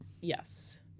Yes